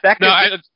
No